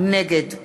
נגד